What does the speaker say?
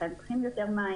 לכן הן צורכות יותר מים.